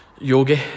Yogi